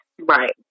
Right